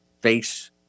face